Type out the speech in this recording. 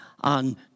on